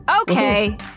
Okay